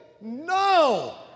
no